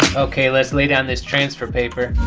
ok let's lay down this transfer paper